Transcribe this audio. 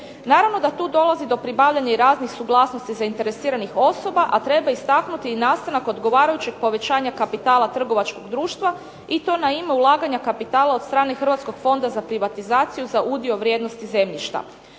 Naravno da tu dolazi do pribavljanja i raznih suglasnosti zainteresiranih osoba, a treba istaknuti i nastanak odgovarajućeg povećanja kapitala trgovačkog društva i to na ime ulaganja kapitala od strane Hrvatskog fonda za privatizaciju za udio vrijednosti zemljišta.